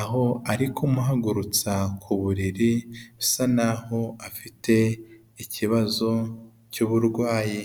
aho ari kumuhagurutsa ku buriri usa naho afite ikibazo cy'uburwayi